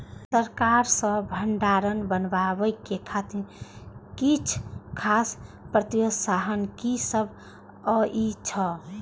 सरकार सँ भण्डार बनेवाक खातिर किछ खास प्रोत्साहन कि सब अइछ?